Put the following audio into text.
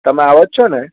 તમે આવો જ છો ને